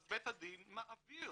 אז בית הדין מעביר,